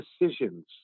decisions